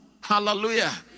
Hallelujah